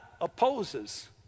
opposes